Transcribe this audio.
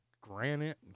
granite